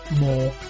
more